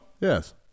Yes